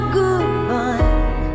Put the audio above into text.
goodbye